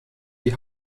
die